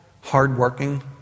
hardworking